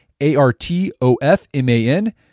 A-R-T-O-F-M-A-N